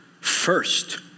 first